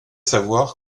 savoir